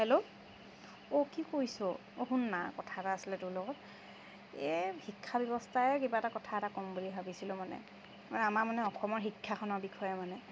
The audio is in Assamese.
হেল্ল' অ' কি কৰিছ অ শুন না কথা এটা আছিলে তোৰ লগত এ শিক্ষা ব্যৱস্থাই কিবা এটা কথা এটা ক'ম বুলি ভাবিছিলোঁ মানে আমাৰ মানে অসমৰ শিক্ষাখনৰ বিষয়ে মানে